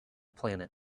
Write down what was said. planet